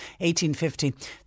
1850